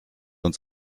uns